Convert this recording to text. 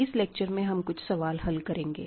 इस लेक्चर में हम कुछ सवाल हल करेंगे